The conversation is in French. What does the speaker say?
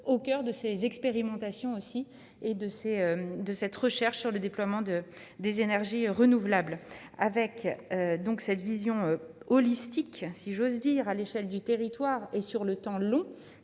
au coeur de ces expérimentations aussi et de ses de cette recherche sur le déploiement de des énergies renouvelables, avec donc cette vision holistique si j'ose dire, à l'échelle du territoire et sur le temps long